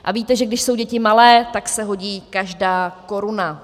A víte, že když jsou děti malé, tak se hodí každá koruna.